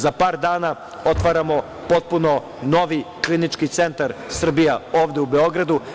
Za par dana otvaramo potpuno novi Klinički centar Srbije, ovde u Beogradu.